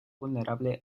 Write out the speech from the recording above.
vulnerable